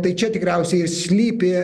tai čia tikriausiai ir slypi